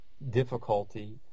difficulty